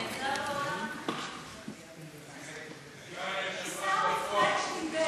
עיסאווי פריג' דיבר,